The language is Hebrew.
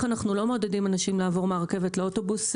אנחנו לא מעודדים אנשים לעבור מהרכבת לאוטובוס,